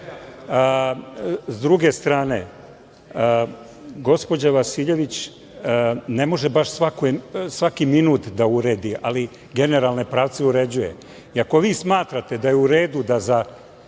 druge strane, gospođa Vasiljević ne može baš svaki minut da uredi, ali generalne pravce uređuje. Ako vi smatrate da je u redu da za